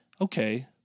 okay